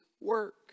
work